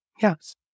Yes